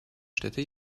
städte